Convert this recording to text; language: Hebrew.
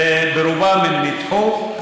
רובן נדחו,